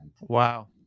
Wow